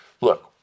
look